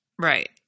Right